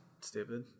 stupid